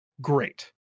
great